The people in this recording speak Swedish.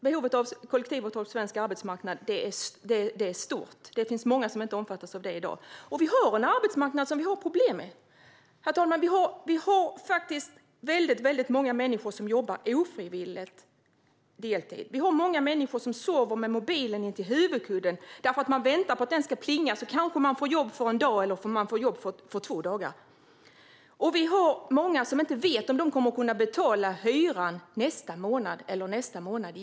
Behovet av kollektivavtal på svensk arbetsmarknad är stort. Det är många som inte omfattas av det i dag. Det finns problem på arbetsmarknaden. Många människor jobbar deltid ofrivilligt. Många sover med mobilen vid huvudkudden och väntar på att den ska plinga så att man ska få jobb i kanske en eller två dagar. Det är många som inte vet om de kommer att kunna betala hyran nästa eller nästnästa månad.